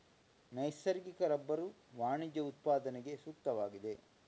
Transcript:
ನೈಸರ್ಗಿಕ ರಬ್ಬರು ವಾಣಿಜ್ಯ ಉತ್ಪಾದನೆಗೆ ಸೂಕ್ತವಾಗಿದೆ